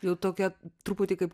jau tokia truputį kaip